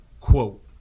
quote